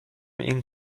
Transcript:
این